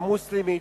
המוסלמית,